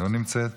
לא נמצאת,